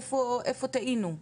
איפה טעינו?